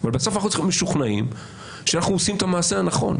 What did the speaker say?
אבל בסוף אנחנו צריכים להיות משוכנעים שאנחנו עושים את המעשה הנכון.